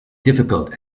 difficult